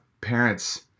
parents